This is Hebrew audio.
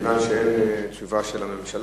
כיוון שאין תשובה של הממשלה,